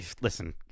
Listen